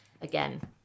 again